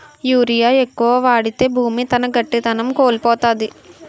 urea ఎక్కువ వాడితే భూమి తన గట్టిదనం కోల్పోతాది